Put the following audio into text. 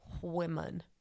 women